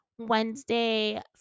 wednesday